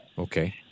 Okay